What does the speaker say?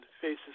Faces